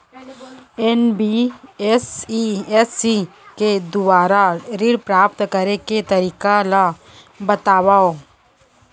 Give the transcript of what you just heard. NBFC के दुवारा ऋण प्राप्त करे के तरीका ल बतावव?